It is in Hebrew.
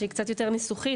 שהיא קצת יותר ניסוחית,